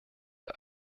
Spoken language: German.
der